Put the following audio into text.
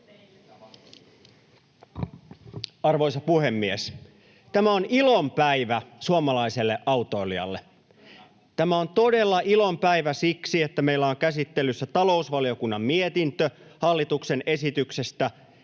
Arvoisa puhemies! Tämä on ilon päivä suomalaiselle autoilijalle. [Miko Bergbom: Kyllä!] Tämä on todella ilon päivä siksi, että meillä on käsittelyssä talousvaliokunnan mietintö hallituksen esityksestä,